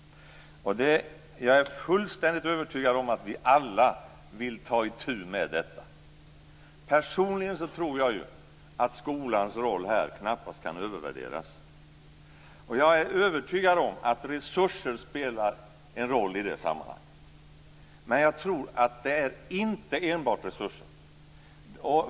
Jag är fullständigt övertygad om att vi alla vill ta itu med detta. Personligen tror jag att skolans roll här knappast kan övervärderas. Jag är övertygad om att resurser spelar en roll i det sammanhanget, men jag tror inte att det enbart handlar om resurser.